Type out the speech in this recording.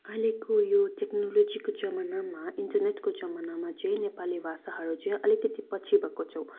अहिलेको यो टेक्नोलोजीको जमानामा इन्टरनेटको जमानामा चाहिँ नेपाली भाषाहरू चाहिँ अलिकति पछि भएको छ